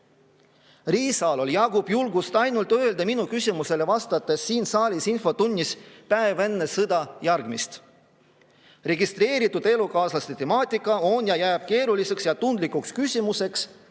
jagub julgust ainult selleks, et öelda minu küsimusele vastates siin saalis infotunnis päev enne sõda järgmist: "Registreeritud elukaaslase temaatika on ja jääb keeruliseks ja tundlikuks küsimuseks,